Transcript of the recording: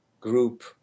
group